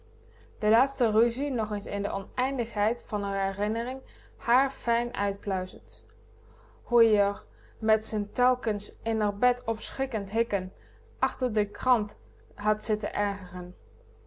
de laatste ruzie nog eens in de oneindigheid van r herinnering haarfijn uitpluizend hoe ie r met z'n r telkens in r bed opschrikkend hikken achter de krant had zitten ergeren